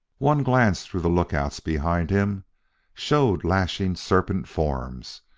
one glance through the lookouts behind him showed lashing serpent forms,